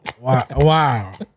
Wow